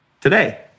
today